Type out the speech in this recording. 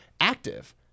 active